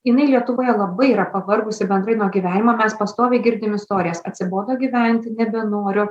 jinai lietuvoje labai yra pavargusi bendrai nuo gyvenimo mes pastoviai girdim istorijas atsibodo gyventi nebenoriu